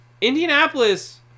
Indianapolis